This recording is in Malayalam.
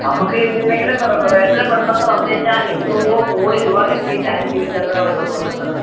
നമുക്ക് കിട്ടിയില്ലെങ്കിലും പ്രയോജനപ്പെടുന്നത് എന്ന് പറഞ്ഞ് കഴിഞ്ഞാൽ എത്രയോ കോടി രൂപ കിട്ടിയിട്ട് ആയിരിക്കും ഇത്ര രൂപ വച്ച് കൊടുക്കുന്നത്